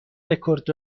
رکورد